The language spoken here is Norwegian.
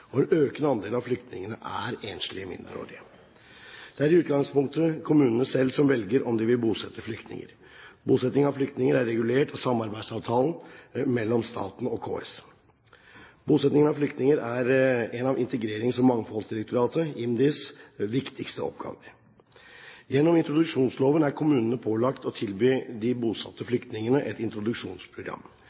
og en økende andel av flyktningene er enslige mindreårige. Det er i utgangspunktet kommunene selv som velger om de vil bosette flyktninger. Bosetting av flyktninger er regulert av samarbeidsavtalen mellom staten og KS. Bosetting av flyktninger er en av Integrerings- og mangfoldsdirektoratets, IMDis, viktigste oppgaver. Gjennom introduksjonsloven er kommunene pålagt å tilby de bosatte flyktningene et introduksjonsprogram.